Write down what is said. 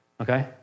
Okay